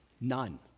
None